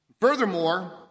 Furthermore